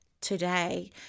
today